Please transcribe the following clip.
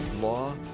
Law